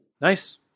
Nice